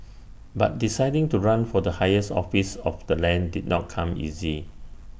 but deciding to run for the highest office of the land did not come easy